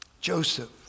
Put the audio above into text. Joseph